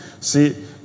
See